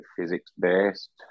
physics-based